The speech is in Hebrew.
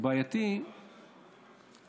הוא בעייתי סליחה?